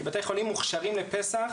כי בתי חולים מוכשרים לפסח,